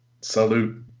Salute